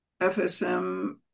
FSM